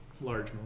Large